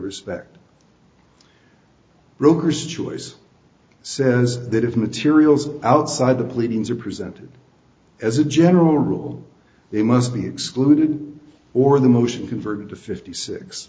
respect broker's choice says that if materials outside the pleadings are presented as a general rule they must be excluded or the motion converted to fifty six